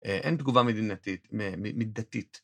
‫אין תגובה מדינתית, מדתית.